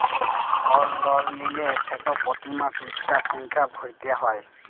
call লল লিলে সেট পতি মাসে ইকটা সংখ্যা ভ্যইরতে হ্যয়